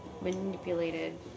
manipulated